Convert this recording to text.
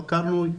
חקרנו,